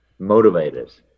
motivators